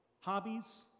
hobbies